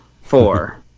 Four